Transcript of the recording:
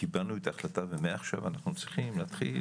קיבלנו את ההחלטה ומעכשיו אנחנו צריכים להתחיל